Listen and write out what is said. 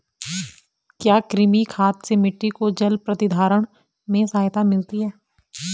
क्या कृमि खाद से मिट्टी को जल प्रतिधारण में सहायता मिलती है?